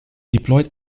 deployed